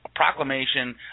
Proclamation